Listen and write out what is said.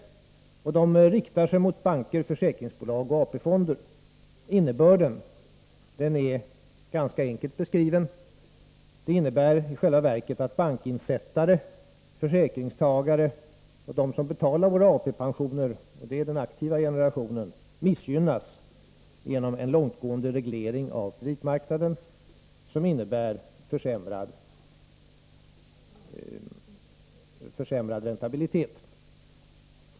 Dessa regleringar riktar sig mot banker, försäkringsbolag och AP-fonder. 63 Innebörden är, ganska enkelt beskrivet, att bankinsättare, försäkringstagare och de som betalar vår AP-pension, dvs. den aktiva generationen, missgynnas genom en långtgående reglering av kreditmarknaden som medför försämrad räntabilitet.